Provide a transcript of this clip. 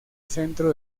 centro